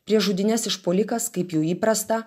prieš žudynes užpuolikas kaip jau įprasta